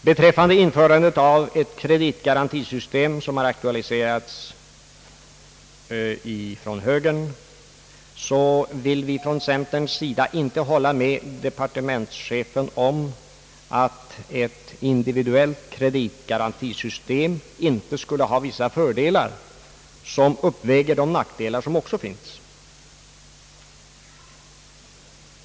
Beträffande införandet av ett kreditgarantisystem, som har aktualiserats från högern, vill vi från centerpartiets sida inte hålla med departementschefen om att ett individuellt kreditgarantisystem inte skulle ha vissa fördelar som uppväger de nackdelar vilka också finns.